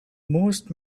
most